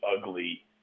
ugly